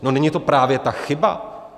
No, není to právě ta chyba?